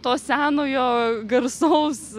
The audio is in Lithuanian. to senojo garsaus